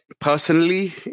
personally